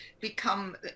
become